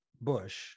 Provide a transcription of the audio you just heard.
bush